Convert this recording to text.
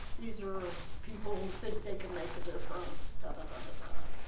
these are people who think they can make a difference, ta ta ta dah.